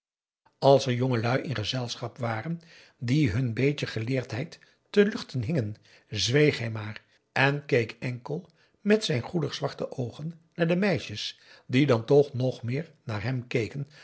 als er jongelui in gezelschap waren die hun beetje geleerdheid te luchten hingen zweeg hij maar en keek enkel met zijn goedige zwarte oogen naar de meisjes die dan toch nog meer naar hem keken